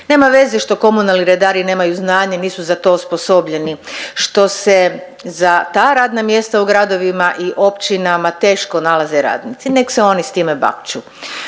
Nema veze što komunalni redari nemaju znanje i nisu za to osposobljeni, što se za ta radna mjesta u gradovima i općinama teško nalaze radnici, nek se oni s time bakću.